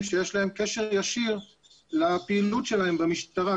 שיש להם קשר ישיר לפעילות שלהם במשטרה,